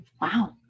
Wow